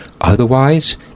Otherwise